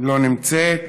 לא נמצאת,